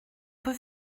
peut